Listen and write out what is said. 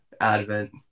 advent